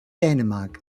dänemark